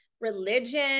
religion